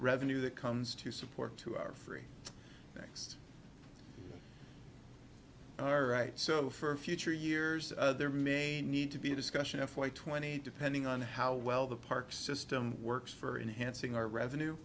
revenue that comes to support to our free next all right so for future years there may need to be a discussion of flight twenty depending on how well the park system works for enhancing our revenue